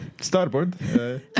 starboard